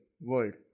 world